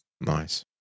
Nice